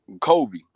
Kobe